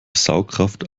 saugkraft